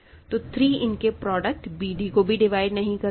तो 3 इनके product bd को भी डिवाइड नहीं करता है